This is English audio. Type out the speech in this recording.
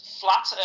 flat